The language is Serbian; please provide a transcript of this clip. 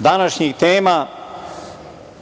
današnjih tema